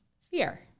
fear